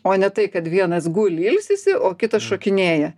o ne tai kad vienas guli ilsisi o kitas šokinėja